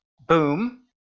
boom